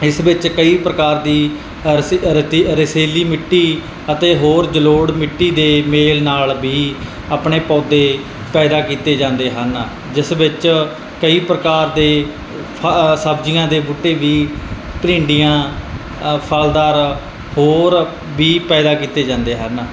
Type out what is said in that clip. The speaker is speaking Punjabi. ਇਸ ਵਿੱਚ ਕਈ ਪ੍ਰਕਾਰ ਦੀ ਰਸੇਲੀ ਮਿੱਟੀ ਅਤੇ ਹੋਰ ਜਲੋੜ ਮਿੱਟੀ ਦੇ ਮੇਲ ਨਾਲ ਵੀ ਆਪਣੇ ਪੌਦੇ ਪੈਦਾ ਕੀਤੇ ਜਾਂਦੇ ਹਨ ਜਿਸ ਵਿੱਚ ਕਈ ਪ੍ਰਕਾਰ ਦੇ ਸਬਜ਼ੀਆਂ ਦੇ ਬੂਟੇ ਵੀ ਭਿੰਡੀਆਂ ਫਲਦਾਰ ਹੋਰ ਵੀ ਪੈਦਾ ਕੀਤੇ ਜਾਂਦੇ ਹਨ